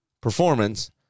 performance